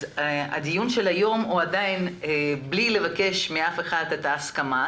הדיון היום הוא עדיין בלי לבקש מאף אחד הסכמה,